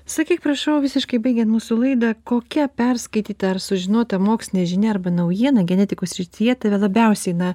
sakyk prašau visiškai baigiant mūsų laidą kokia perskaityta ar sužinota mokslinė žinia arba naujiena genetikos srityje tave labiausiai na